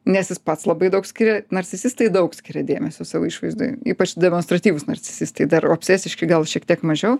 nes jis pats labai daug skiria narcisistai daug skiria dėmesio savo išvaizdai ypač demonstratyvūs narcisistai dar obsesiški gal šiek tiek mažiau